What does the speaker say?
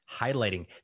highlighting